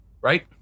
right